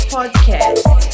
Podcast